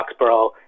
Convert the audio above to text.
Foxborough